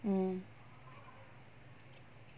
mm